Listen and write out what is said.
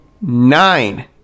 Nine